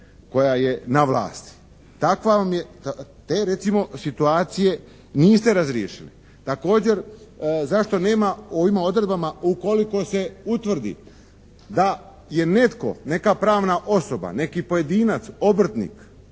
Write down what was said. koja je na vlasti. Te situacije recimo niste razriješili. Također, zašto nema u ovim odredbama ukoliko se utvrdi da je netko, neka pravna osoba, neki pojedinac obrtnik